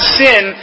sin